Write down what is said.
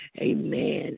amen